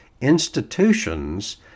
institutions